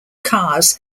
cars